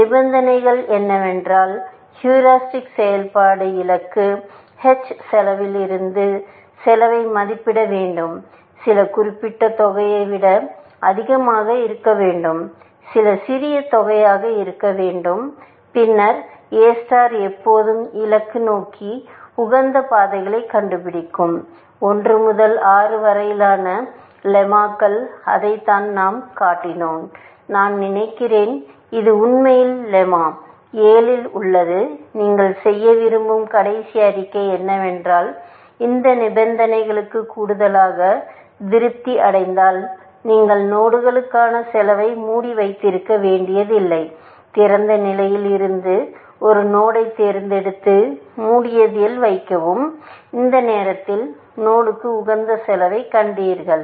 நிபந்தனைகள் என்னவென்றால் ஹூரிஸ்டிக்செயல்பாடு இலக்கு h செலவினத்திற்கான செலவை மதிப்பிட வேண்டும் சில குறிப்பிட்ட தொகையை விட அதிகமாக இருக்க வேண்டும் சில சிறிய தொகையாக இருக்க வேண்டும் பின்னர் எ ஸ்டார் எப்போதும் இலக்கு நோடுக்கு உகந்த பாதைகளைக் கண்டுபிடிக்கும் 1 முதல் 6 வரையிலான லெமாக்களில் அதைத்தான் நாம் காட்டினோம் நான் நினைக்கிறேன் இது உண்மையில் லெம்மா 7 இல் உள்ளது நீங்கள் செய்ய விரும்பும் கடைசி அறிக்கை என்னவென்றால் இந்த நிபந்தனைக்கு கூடுதலாக திருப்தி அடைந்தால் நீங்கள் நோடுகளுக்கான செலவை மூடி வைத்திருக்க வேண்டியதில்லை திறந்த நிலையில் இருந்து ஒரு நோடுயைத் தேர்ந்தெடுத்து மூடியதில் வைக்கும் அந்த நேரத்தில் நோடுக்கு உகந்த செலவைக் கண்டீர்கள்